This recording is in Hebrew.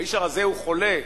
האיש הרזה חולה,